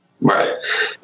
Right